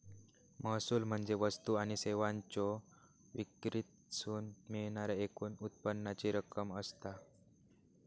महसूल म्हणजे वस्तू आणि सेवांच्यो विक्रीतसून मिळणाऱ्या एकूण उत्पन्नाची रक्कम असता